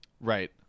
Right